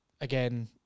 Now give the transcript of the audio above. again